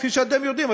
כפי שאתם יודעים,